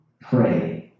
pray